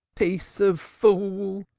piece of fool!